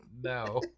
No